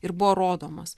ir buvo rodomas